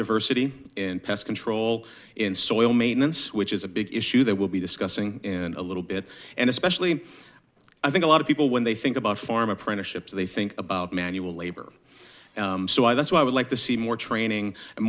diversity in pest control in soil maintenance which is a big issue that will be discussing in a little bit and especially i think a lot of people when they think about farm apprenticeships they think about manual labor so i that's why i would like to see more training and